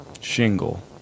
Shingle